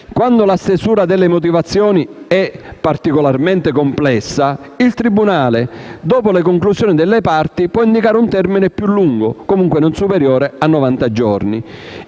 Quando la stesura delle motivazioni è particolarmente complessa, il tribunale, dopo le conclusioni delle parti, può indicare un termine più lungo, comunque non superiore a novanta giorni.